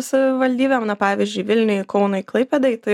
savivaldybėm na pavyzdžiui vilniui kaunui klaipėdai tai